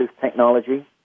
technology